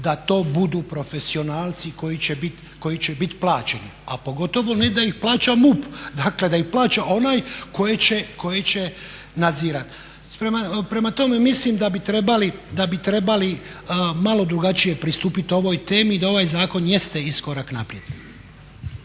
da to budu profesionalci koji će bit plaćeni, a pogotovo ne da ih plaća MUP, dakle da ih plaća onaj koji će nadzirati. Prema tome, mislim da bi trebali malo drugačije pristupit ovoj temi i da ovaj zakon jeste iskorak naprijed.